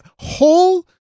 whole